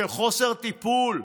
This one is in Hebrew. של חוסר טיפול,